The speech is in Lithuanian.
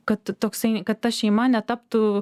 kad toksai kad ta šeima netaptų